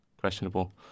questionable